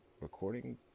recording